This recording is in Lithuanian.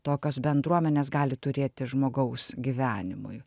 tokios bendruomenės gali turėti žmogaus gyvenimui